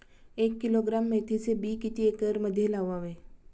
एक किलोग्रॅम मेथीचे बी किती एकरमध्ये लावावे?